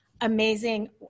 amazing